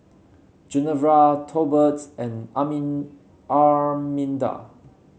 Genevra Tolbert and Armin Arminda